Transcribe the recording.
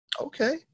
Okay